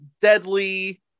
deadly